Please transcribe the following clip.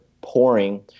pouring